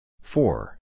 Four